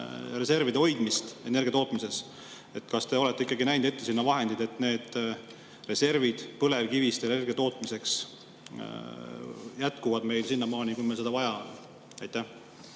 põlevkivireservide hoidmist energia tootmises. Kas te olete ikkagi näinud ette sinna vahendeid, nii et need reservid põlevkivist energia tootmiseks jätkuvad meil sinnamaani, kui meil seda vaja on? Aitäh,